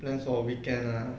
plans for all weekend ah